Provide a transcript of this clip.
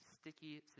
sticky